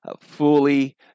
fully